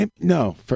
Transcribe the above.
No